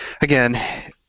again